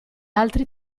altri